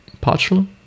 Partial